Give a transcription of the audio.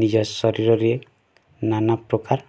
ନିଜ ଶରୀରରେ ନାନା ପ୍ରକାର